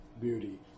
beauty